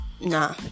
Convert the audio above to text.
nah